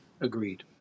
Agreed